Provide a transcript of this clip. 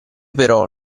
però